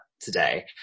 today